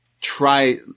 try